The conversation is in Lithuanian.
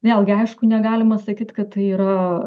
vėlgi aišku negalima sakyt kad tai yra